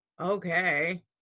okay